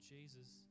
Jesus